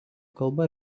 kalba